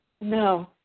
No